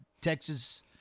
Texas